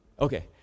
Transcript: Okay